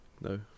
No